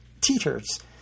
teeters